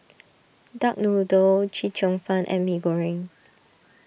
Duck Noodle Chee Cheong Fun and Mee Goreng